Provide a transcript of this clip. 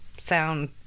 sound